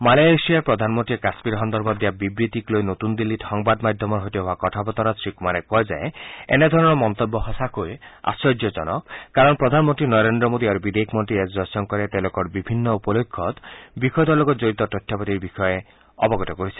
মালয়েছিয়াৰ প্ৰধানমন্ত্ৰীয়ে কাশ্মীৰ সন্দৰ্ভত দিয়া বিবৃতিক লৈ নতুন দিল্লীত সংবাদ মাধ্যমৰ সৈতে হোৱা কথাবতৰাত শ্ৰীকুমাৰে কয় যে এনেধৰণৰ মন্তব্য সচাকৈ আধ্যৰ্যজনক কাৰণ প্ৰধানমন্ত্ৰী নৰেন্দ্ৰ মোদী আৰু বিদেশ মন্ত্ৰী এছ জয়শংকৰে তেওঁলোকক বিভিন্ন উপলক্ষ্যত বিষয়টোৰ লগত জড়িত তথ্যপাতিৰ বিষয়ে অৱগত কৰিছে